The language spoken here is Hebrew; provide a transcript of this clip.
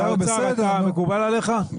האוצר, זה מקובל עליך?